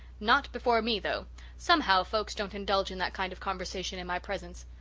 not before me, though somehow, folks don't indulge in that kind of conversation in my presence.